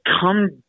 come